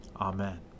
Amen